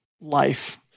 life